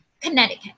Connecticut